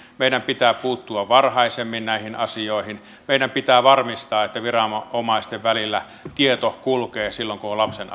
meidän pitää puuttua varhaisemmin näihin asioihin ja meidän pitää varmistaa että viranomaisten välillä tieto kulkee silloin kun on lapsen